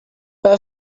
her